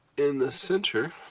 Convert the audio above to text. in the center